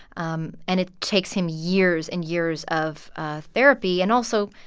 um and it takes him years and years of therapy. and also,